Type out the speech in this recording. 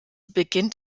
beginnt